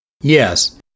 Yes